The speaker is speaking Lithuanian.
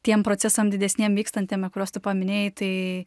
tiem procesam didesniem vykstantiem kuriuos tu paminėjai tai